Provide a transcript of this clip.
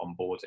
onboarding